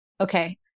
Okay